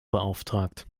beauftragt